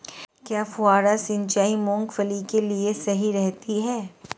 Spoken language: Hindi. क्या फुहारा सिंचाई मूंगफली के लिए सही रहती है?